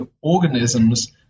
organisms